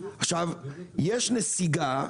יש נסיגה,